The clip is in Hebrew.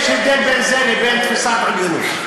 יש הבדל בין זה לבין תפיסת עליונות.